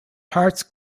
hearts